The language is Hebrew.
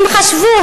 הם חשבו,